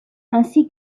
ainsi